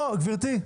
לא, גברתי.